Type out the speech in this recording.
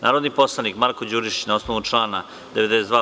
Narodni poslanik Marko Đurišić na osnovu člana 92.